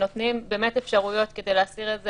נותנים אפשרויות כדי להסיר את זה